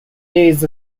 days